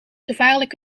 gevaarlijk